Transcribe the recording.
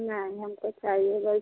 नहीं हमको चाहिए बस